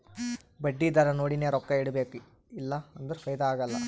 ಬಡ್ಡಿ ದರಾ ನೋಡಿನೆ ರೊಕ್ಕಾ ಇಡಬೇಕು ಇಲ್ಲಾ ಅಂದುರ್ ಫೈದಾ ಆಗಲ್ಲ